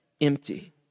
empty